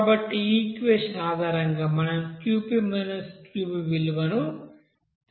కాబట్టి ఈ ఈక్వెషన్ ఆధారంగా మనం Qp Qv విలువను పొందవచ్చు